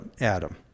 Adam